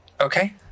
Okay